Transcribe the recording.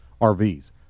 RVs